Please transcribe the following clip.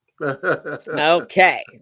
Okay